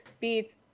beats